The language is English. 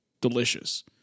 delicious